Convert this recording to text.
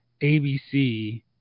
ABC